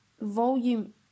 Volume